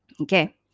Okay